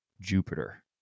Jupiter